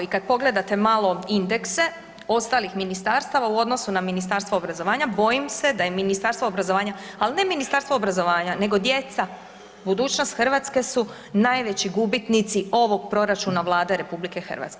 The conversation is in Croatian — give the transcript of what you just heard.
I kad pogledate malo indekse ostalih ministarstava u odnosu na Ministarstvo obrazovanja bojim se da je Ministarstvo obrazovanja, al ne Ministarstvo obrazovanja nego djeca, budućnost Hrvatske su najveći gubitnici ovog proračuna Vlade RH.